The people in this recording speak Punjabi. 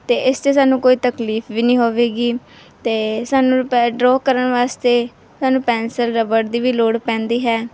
ਅਤੇ ਇਸ 'ਚ ਸਾਨੂੰ ਕੋਈ ਤਕਲੀਫ ਵੀ ਨਹੀਂ ਹੋਵੇਗੀ ਅਤੇ ਸਾਨੂੰ ਪੇ ਡਰਾਅ ਕਰਨ ਵਾਸਤੇ ਸਾਨੂੰ ਪੈਂਸਿਲ ਰਬੜ ਦੀ ਵੀ ਲੋੜ ਪੈਂਦੀ ਹੈ